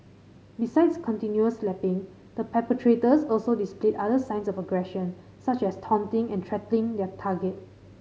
besides continual slapping the perpetrators also displayed other signs of aggression such as taunting and threatening their target